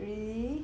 really